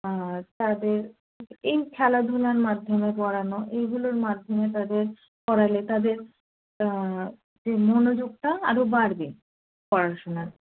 আর তাদের এই খেলাধুলার মাধ্যমে পড়ানো এইগুলোর মাধ্যমে তাদের পড়ালে তাদের যে মনোযোগটা আরও বাড়বে পড়াশোনার